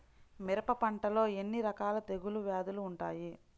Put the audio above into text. మిరప పంటలో ఎన్ని రకాల తెగులు వ్యాధులు వుంటాయి?